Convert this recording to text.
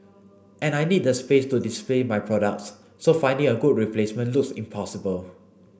and I need the space to display my products so finding a good replacement looks impossible